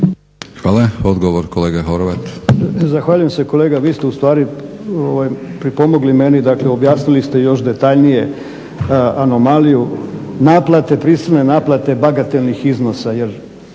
Horvat. **Horvat, Mile (SDSS)** Zahvaljujem se. Kolega, vi ste ustvari pripomogli meni, dakle objasnili ste još detaljnije anomaliju naplate, prisilne naplate bagatelnih iznosa